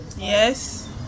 Yes